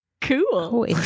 Cool